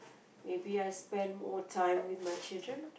maybe I spend more time with my children